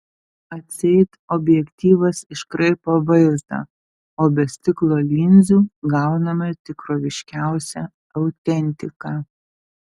atseit objektyvas iškraipo vaizdą o be stiklo linzių gauname tikroviškiausią autentiką